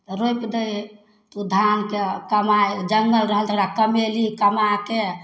रोपि दै हइ ओ धानके कमाए जङ्गल रहल तकरा कमैली कमाके